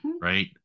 Right